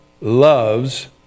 loves